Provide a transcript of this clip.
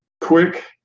quick